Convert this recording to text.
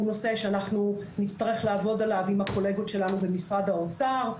הוא נושא שאנחנו נצטרך לעבוד עליו עם הקולגות שלנו במשרד האוצר,